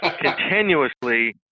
continuously –